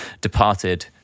departed